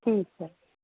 ਠੀਕ ਹੈ